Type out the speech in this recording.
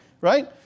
right